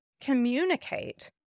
communicate